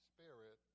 Spirit